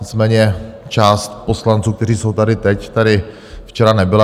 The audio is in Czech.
Nicméně část poslanců, kteří jsou tady teď, tady včera nebyla.